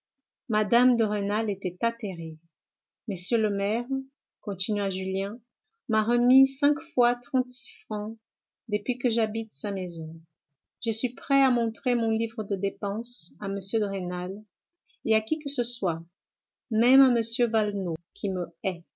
mme de rênal était atterrée m le maire continua julien m'a remis cinq fois trente-six francs depuis que j'habite sa maison je suis prêt à montrer mon livre de dépenses à m de rênal et à qui que ce soit même à m valenod qui me